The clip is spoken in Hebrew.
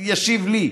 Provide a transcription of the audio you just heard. ישיב לי,